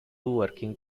working